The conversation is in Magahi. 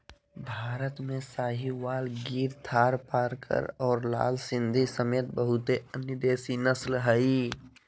भारत में साहीवाल, गिर थारपारकर और लाल सिंधी समेत बहुते अन्य देसी नस्ल हइ